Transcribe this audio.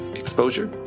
exposure